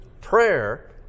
Prayer